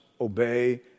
obey